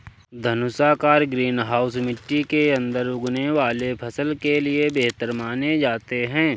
धनुषाकार greenhouse मिट्टी के अंदर उगने वाले फसल के लिए बेहतर माने जाते हैं